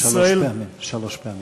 שלוש פעמים.